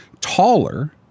taller